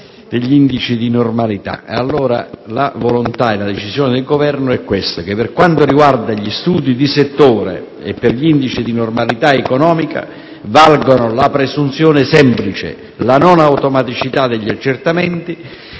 degli indici di normalità, preciso che la volontà e la decisione del Governo per quanto riguarda gli studi di settore e gli indici di normalità economica è che valgono la presunzione semplice, la non automaticità degli accertamenti